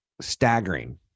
Staggering